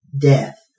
death